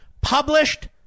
Published